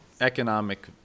economic